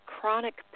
chronic